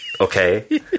Okay